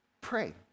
Pray